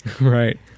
right